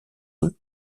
eux